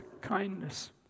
kindness